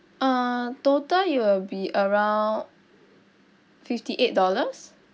uh total it will be around fifty eight dollars